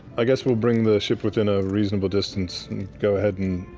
i guess we'll bring the ship within a reasonable distance and go ahead and